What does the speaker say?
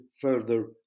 further